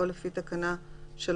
או לפי תקנה 3(א)(1)(ו),